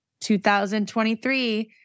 2023